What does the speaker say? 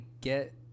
get